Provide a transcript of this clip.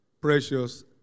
precious